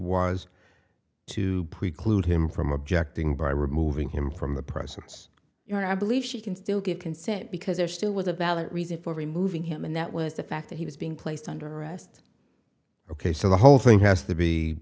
wise to preclude him from objecting by removing him from the presence or i believe she can still give consent because there still was a valid reason for removing him and that was the fact that he was being placed under arrest ok so the whole thing has to be